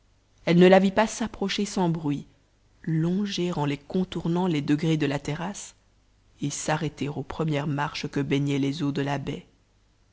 elle ne la vit pas s'approcher sans bruit longer en les contournant les degrés de la terrasse et s'arrêter aux premières marches que baignaient les eaux de la baie